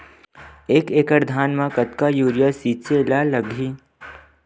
एक एकड़ धान में कतका यूरिया छिंचे ला लगही?